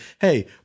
hey